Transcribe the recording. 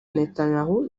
netanyahu